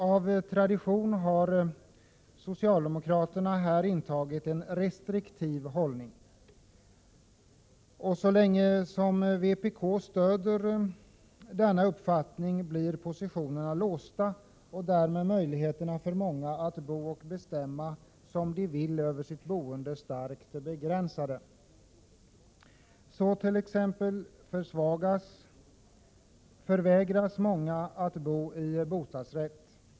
Av tradition har socialdemokraterna här intagit en restriktiv hållning. Och så länge vpk stöder denna uppfattning blir positionerna låsta och därmed möjligheterna för många att bo och bestämma som de vill över sitt boende starkt begränsade. Så t.ex. förvägras många att bo i bostadsrätt.